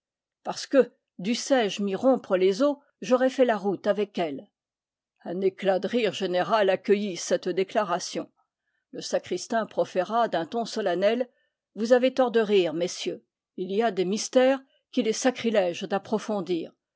parce que dussé-je m'y rompre les os j'aurai fait la route avec elles un éclat de rire général accueillit cette déclaration le sacristain proféra d'un ton solennel vous avez tort de rire messieurs il y a des mystères qu'il est sacrilège